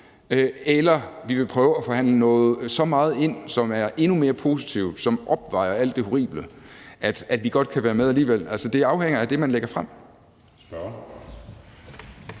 eller vi vil prøve at forhandle så meget ind, som er endnu mere positivt, og som opvejer alt det horrible, at vi godt kan være med alligevel. Det afhænger af det, man lægger frem.